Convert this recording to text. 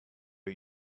are